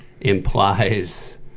implies